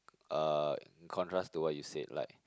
uh in contrast to what you said like